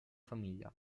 famiglia